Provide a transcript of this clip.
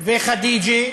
וכדיג'ה